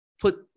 put